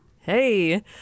Hey